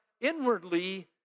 inwardly